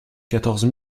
quatorze